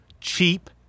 cheap